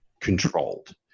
controlled